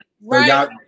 right